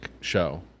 show